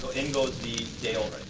in goes the day-old